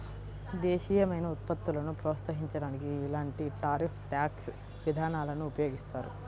దేశీయమైన ఉత్పత్తులను ప్రోత్సహించడానికి ఇలాంటి టారిఫ్ ట్యాక్స్ విధానాలను ఉపయోగిస్తారు